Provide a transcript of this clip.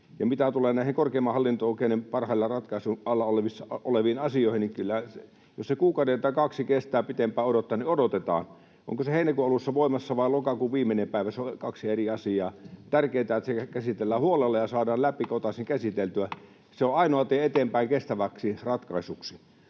Mitä tulee näihin korkeimman hallinto-oikeuden parhaillaan ratkaisun alla oleviin asioihin, niin jos se kuukauden tai kaksi kestää pitempään odottaa, niin odotetaan. Onko se heinäkuun alussa voimassa vai lokakuun viimeinen päivä, se on kaksi eri asiaa. Tärkeintä on, että se käsitellään huolella ja saadaan läpikotaisin käsiteltyä. Se on ainoa tie eteenpäin kestäväksi ratkaisuksi.